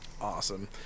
Awesome